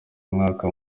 umwaka